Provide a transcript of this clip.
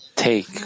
take